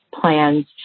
plans